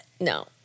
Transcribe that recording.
No